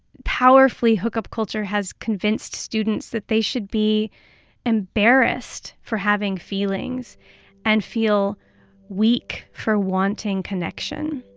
powerfully hookup culture has convinced students that they should be embarrassed for having feelings and feel weak for wanting connection.